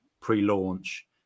pre-launch